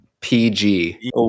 PG